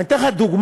ואני אתן לך דוגמה,